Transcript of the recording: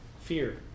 Fear